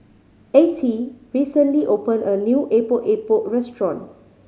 Attie recently opened a new Epok Epok restaurant